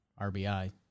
RBI